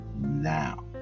now